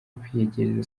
kwiyegereza